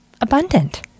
abundant